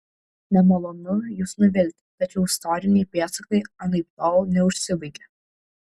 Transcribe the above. nemalonu jus nuvilti tačiau istoriniai pėdsakai anaiptol neužsibaigė